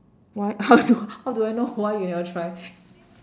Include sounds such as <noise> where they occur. what <laughs> how do <laughs> how do I know why you never try